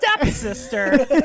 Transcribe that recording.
stepsister